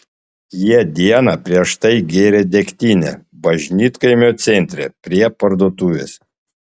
jie dieną prieš tai gėrė degtinę bažnytkaimio centre prie parduotuvės